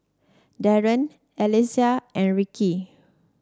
Dandre Alecia and Ricki